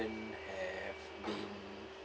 have been